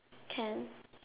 can